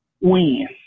win